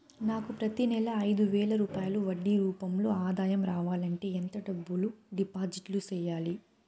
నాకు ప్రతి నెల ఐదు వేల రూపాయలు వడ్డీ రూపం లో ఆదాయం రావాలంటే ఎంత డబ్బులు డిపాజిట్లు సెయ్యాలి?